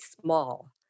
small